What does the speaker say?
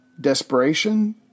Desperation